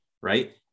right